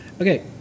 Okay